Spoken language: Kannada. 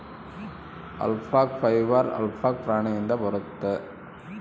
ಅಲ್ಪಕ ಫೈಬರ್ ಆಲ್ಪಕ ಪ್ರಾಣಿಯಿಂದ ಬರುತ್ತೆ